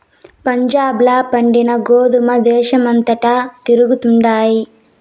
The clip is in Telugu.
పంజాబ్ ల పండిన గోధుమల దేశమంతటా తిరుగుతండాయి